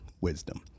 wisdom